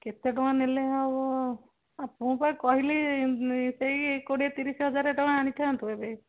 କେତେ ଟଙ୍କା ନେଲେ ହବ ଆ ମୁଁ ପା କହିଲି ସେଇ କୋଡ଼ିଏ ତିରିଶ ହଜାର ଟଙ୍କା ଆଣିଥାନ୍ତୁ ଏବେ